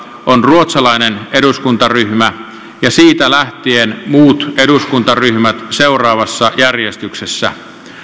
on ruotsalainen eduskuntaryhmä ja siitä lähtien muut eduskuntaryhmät seuraavassa järjestyksessä